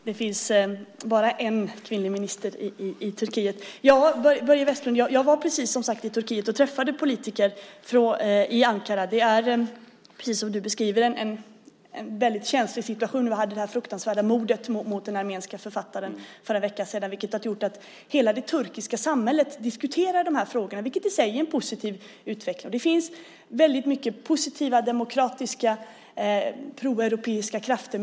Herr talman! Det finns bara en kvinnlig minister i Turkiet. Jag var som sagt precis i Turkiet, Börje Vestlund, och träffade politiker i Ankara. Precis som du beskriver är det en väldigt känslig situation. Vi hade ju det fruktansvärda mordet på en armenisk författare för en vecka sedan som gjort att hela det turkiska samhället diskuterar de här frågorna, vilket i sig är en positiv utveckling. Det finns väldigt många positiva, demokratiska, proeuropeiska krafter.